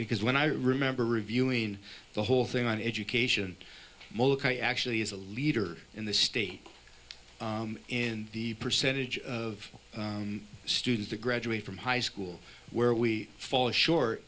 because when i remember reviewing the whole thing on education i actually is a leader in the state and the percentage of students who graduate from high school where we fall short